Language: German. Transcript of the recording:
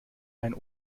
ein